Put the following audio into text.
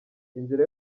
inzira